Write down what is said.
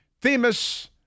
Themis